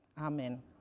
amen